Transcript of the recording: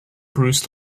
bruce